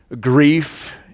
grief